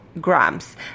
grams